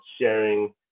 sharing